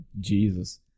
Jesus